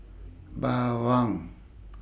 Bawang